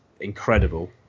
incredible